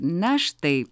na štai